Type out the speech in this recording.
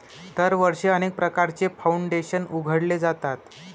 दरवर्षी अनेक प्रकारचे फाउंडेशन उघडले जातात